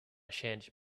changed